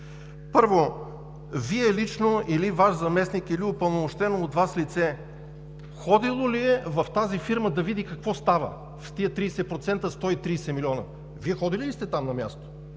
Първо, Вие лично или Ваш заместник, или упълномощено от Вас лице ходило ли е в тази фирма да види какво става с тези 30% – 130 милиона? Вие ходили ли сте там на място?